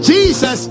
Jesus